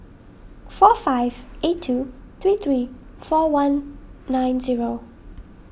four five eight two three three four one nine zero